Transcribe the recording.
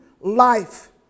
life